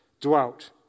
dwelt